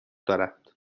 دارد